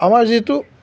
আমাৰ যিটো